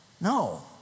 No